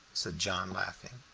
said john, laughing.